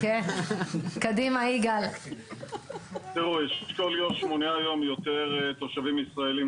יש גם עוד 2 מיליון פלסטינים מסביב,